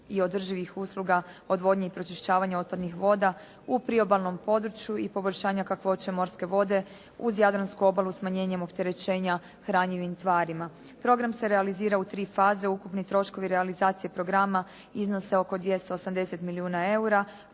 i održivih usluga odvodnje i pročišćavanja otpadnih voda u priobalnom području i poboljšanja kakvoće morske vode uz jadransku obalu smanjenjem opterećenja hranjivim tvarima. Program se realizira u tri faze, ukupni troškovi realizacije programa iznose oko 280 milijuna eura,